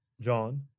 John